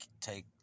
take